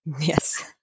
Yes